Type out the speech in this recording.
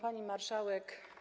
Pani Marszałek!